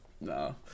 No